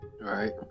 Right